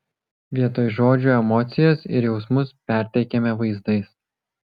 vietoj žodžių emocijas ir jausmus perteikiame vaizdais